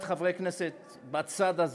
מדי שבוע עולות הצעות חוק שכוללות מרכיב